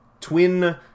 twin